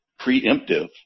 preemptive